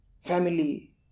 family